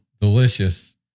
delicious